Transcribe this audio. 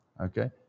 Okay